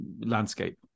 landscape